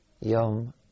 Yom